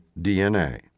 DNA